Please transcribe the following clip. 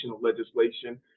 legislation